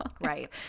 Right